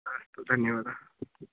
अस्तु धन्यवादः